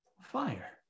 fire